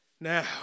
Now